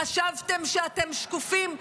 חשבתם שאתם שקופים?